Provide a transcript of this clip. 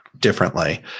differently